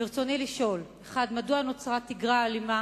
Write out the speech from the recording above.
ברצוני לשאול: 1. מדוע התפתחה תגרה אלימה